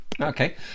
Okay